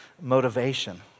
motivation